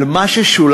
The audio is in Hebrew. על מה ששולם,